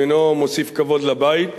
אינו מוסיף כבוד לבית,